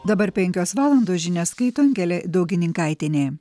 dabar penkios valandos žinias skaito angelė daugininkaitienė